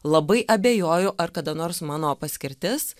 labai abejoju ar kada nors mano paskirtis